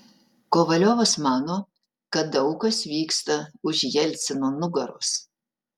kovaliovas mano kad daug kas vyksta už jelcino nugaros